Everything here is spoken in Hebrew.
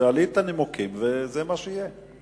תעלי את הנימוקים וזה מה שיהיה.